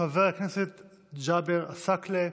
חבר הכנסת ג'אבר עסאקלה,